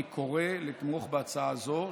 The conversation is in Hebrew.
אני קורא לתמוך בהצעה זו,